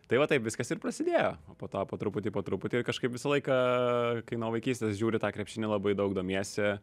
tai va taip viskas ir prasidėjo o po to po truputį po truputį ir kažkaip visą laiką kai nuo vaikystės žiūri tą krepšinį labai daug domiesi